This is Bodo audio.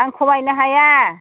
आं खमायनो हाया